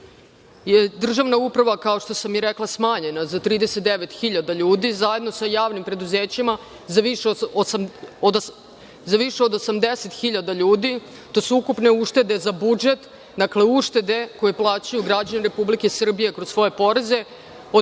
je državna uprava, kao što sam i rekla, smanjena za 39 hiljada ljudi, zajedno sa javnim preduzećima za više od 80 hiljada ljudi. To su ukupne uštede za budžet, uštede koje plaćaju građani Republike Srbije kroz svoje poreze od